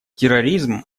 терроризм